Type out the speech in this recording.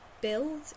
build